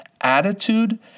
attitude